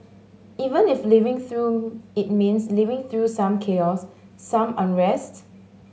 even if living through it means living through some chaos some unrest